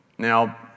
Now